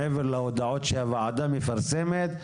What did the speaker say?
מעבר להודעות שהוועדה מפרסמת,